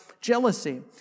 jealousy